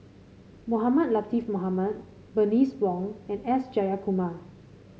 Mohamed Latiff Mohamed Bernice Wong and S Jayakumar